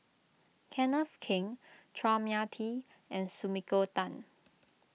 Kenneth Keng Chua Mia Tee and Sumiko Tan